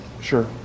Sure